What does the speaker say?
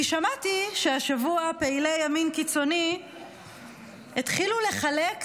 כי שמעתי שהשבוע פעילי ימין קיצוני התחילו לחלק,